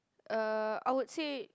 uh I would say